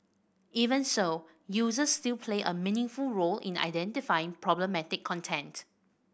even so users still play a meaningful role in identifying problematic content